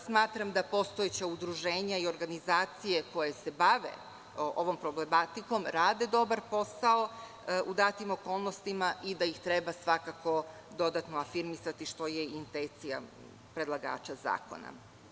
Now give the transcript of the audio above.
Smatram da postojeća udruženja i organizacije koje se bave ovom problematikom rade dobar posao u datim okolnostima i da ih treba svakako dodatno afirmisati, što je i intencija predlagača zakona.